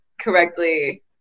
correctly